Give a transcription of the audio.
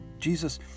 Jesus